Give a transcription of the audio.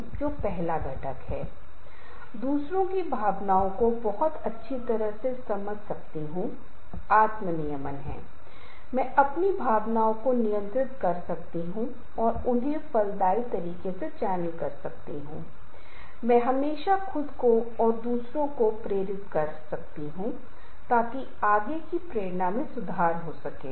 इसलिए अंत में मैं केवल यह कहना चाहूंगा कि हाँ एक संघर्ष को हमेशा कुछ बहुत नकारात्मक नहीं माना जाना चाहिए यह एक अवसर है शायद कुछ अलग जानने के लिए कुछ बेहतर कुछ नए विचार आ सकते हैं क्योंकि एक समूह में मान लीजिए कि कुछ लोग हैं और हमेशा वे हाँ सर हाँ साहब हाँ आदमी जो हाँ आदमी कहा जाता है